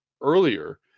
earlier